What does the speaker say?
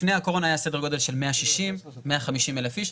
לפני הקורונה היה סדר גודל של 160,000-150,000 איש.